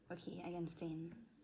okay I understand